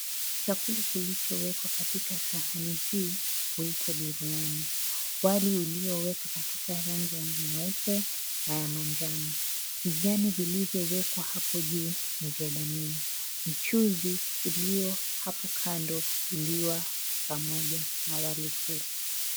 Chakula kilichowekwa katika sahani hii huitwa biriani. Wali uliowekwa katika rangi ya nyeupe na ya manjano, vijani vilivyowekwa apo juu ni vya dania. Mchuzi ulio hapo kando huliwa pamoja na wali huu.